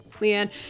Leanne